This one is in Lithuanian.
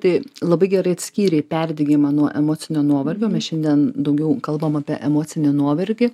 tai labai gerai atskyrei perdegimą nuo emocinio nuovargio mes šiandien daugiau kalbam apie emocinį nuovargį